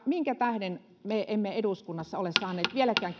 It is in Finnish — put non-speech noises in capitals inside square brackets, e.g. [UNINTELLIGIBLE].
minkä tähden me emme eduskunnassa ole saaneet vieläkään [UNINTELLIGIBLE]